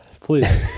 Please